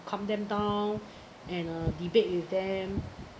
calm them down and uh debate with them